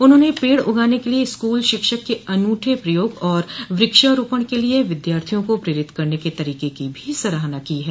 उन्होंने पेड़ उगाने के लिए स्कूल शिक्षक के अनूठे प्रयोग और वृक्षारोपण के लिए विद्यार्थियों को प्रेरित करने के तरीके की भी सराहना की है